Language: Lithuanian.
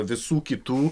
visų kitų